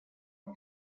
来说